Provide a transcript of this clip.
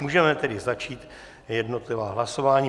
Můžeme tedy začít jednotlivá hlasování.